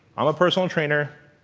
i'm a personal trainer,